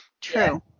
True